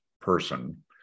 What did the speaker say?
person